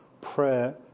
prayer